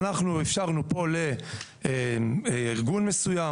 אנחנו אפשרנו פה לארגון מסוים,